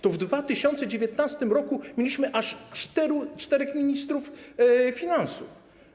To w 2019 r. mieliśmy aż czterech ministrów finansów.